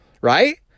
Right